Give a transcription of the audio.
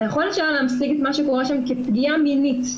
היכולת שלה להמשיג את מה שקורה שם כפגיעה מינית,